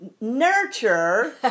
nurture